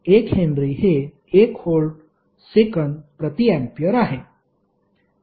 1 henry हे 1 volt second प्रति ampere आहे